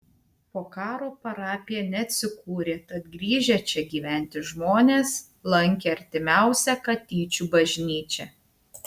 po karo parapija neatsikūrė tad grįžę čia gyventi žmonės lankė artimiausią katyčių bažnyčią